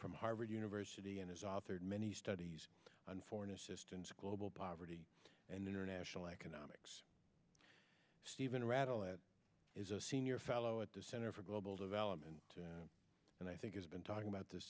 from harvard university and has authored many studies on foreign assistance global poverty and international economics stephen rattle that is a senior fellow at the center for global development and i think has been talking about this